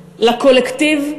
לקולקטיב,